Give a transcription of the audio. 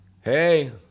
hey